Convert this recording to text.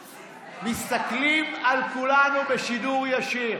מסתכלים על כולנו בשידור ישיר.